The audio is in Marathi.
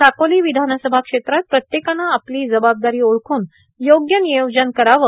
साकोलां र्वधानसभा क्षेत्रात प्रत्येकानं आपलों जबाबदारां ओळखून योग्य र्नियोजन करावं